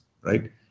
right